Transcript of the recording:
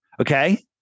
Okay